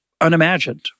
unimagined